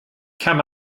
come